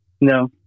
No